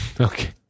Okay